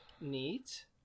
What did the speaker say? Neat